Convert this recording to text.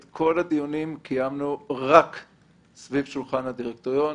את כל הדיונים קיימנו רק סביב שולחן הדירקטוריון.